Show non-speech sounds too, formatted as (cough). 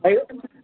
(unintelligible)